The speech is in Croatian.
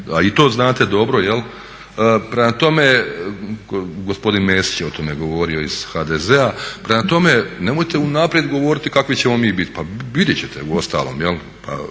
a ti to znate dobro, gospodin Mesić je o tome govorio iz HDZ-a. Prema tome, nemojte unaprijed govoriti kakvi ćemo mi biti. Pa vidjet ćete u ostalom, živi